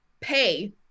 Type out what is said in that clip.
pay